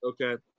Okay